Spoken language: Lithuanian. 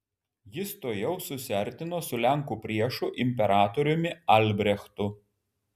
jis tuojau susiartino su lenkų priešu imperatoriumi albrechtu